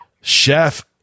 chef